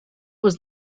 was